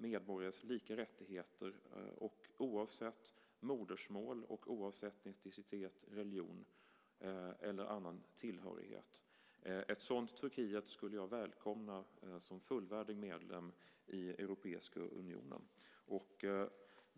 medborgares lika rättigheter oavsett modersmål, etnicitet, religion eller annan tillhörighet skulle jag välkomna som fullvärdig medlem i Europeiska unionen.